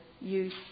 youth